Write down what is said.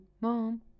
Mom